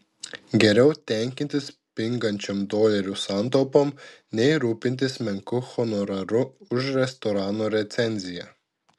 geriau tenkintis pingančiom dolerių santaupom nei rūpintis menku honoraru už restorano recenziją